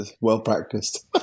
well-practiced